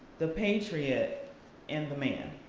the patriot and the man.